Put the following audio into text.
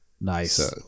Nice